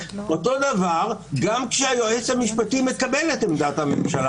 אותו דבר גם כשהיועץ המשפטי מקבל את עמדת הממשלה,